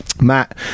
Matt